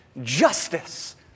justice